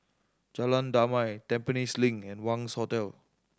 Jalan Damai Tampines Link and Wangz Hotel